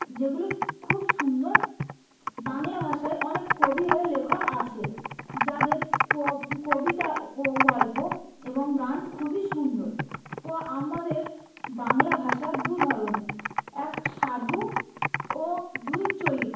যেগুলি খুব সুন্দর বাংলা ভাষায় অনেক কবি ও লেখক আছে যাদের কবিতা ও গল্প এবং গান খুবই সুন্দর ও আমাদের বাংলা ভাষা দু ধরনের এক সাধু ও দুই চলিত